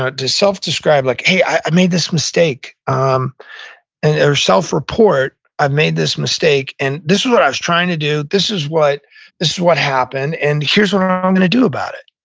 ah to self-describe, like, hey, i made this mistake, um and or self-report, i've made this mistake, and this is what i was trying to do. this is what is what happened, and here's what i'm i'm um going to do about it.